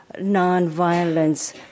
nonviolence